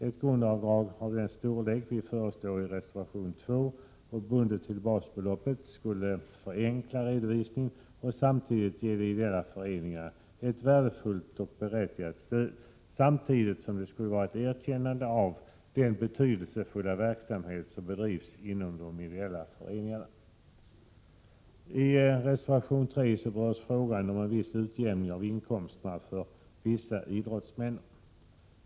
Ett grundavdrag som är bundet till basbeloppet och som är av den storlek som vi föreslår i reservation 2 skulle förenkla redovisningen och samtidigt ge ideella föreningar ett värdefullt och berättigat stöd. Det skulle samtidigt vara ett erkännande av den betydelsefulla verksamhet som bedrivs inom de ideella föreningarna. I reservation 3 berörs frågan om viss utjämning av inkomsterna för somliga idrottsmän.